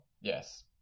Yes